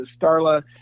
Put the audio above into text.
Starla